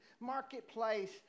marketplace